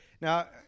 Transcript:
Now –